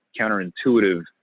counterintuitive